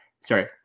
Sorry